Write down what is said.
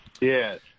Yes